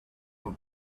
amb